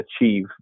achieve